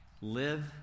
live